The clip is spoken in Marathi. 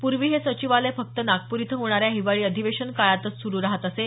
पूर्वी हे संचिवालय फक्त नागपूर इथं होणाऱ्या हिवाळी अधिवेशन काळातच सुरू राहत असे